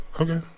Okay